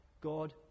God